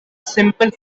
simple